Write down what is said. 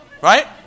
Right